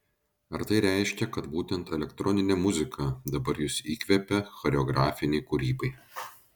ar tai reiškia kad būtent elektroninė muzika dabar jus įkvepia choreografinei kūrybai